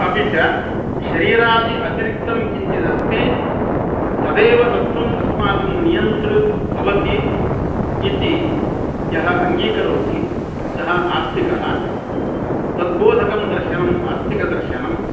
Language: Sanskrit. अपि च शरीरादि अतिरिक्तं किञ्चित् अस्ति तदेव तत्त्वम् अस्माकं नियन्तृ भवति इति यः अङ्गीकरोति सः आस्तिकः तद्बोधकं दर्शनम् आस्तिकदर्शनं